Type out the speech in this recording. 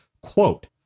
Quote